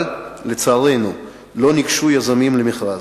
אבל לצערנו לא ניגשו יזמים למכרז.